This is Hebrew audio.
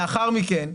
לאחר מכן,